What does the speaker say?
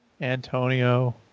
Antonio